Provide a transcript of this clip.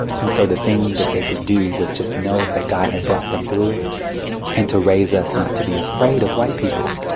and so the thing that they could do was just know that god had brought them through it and to raise us not to be afraid of white people,